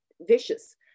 vicious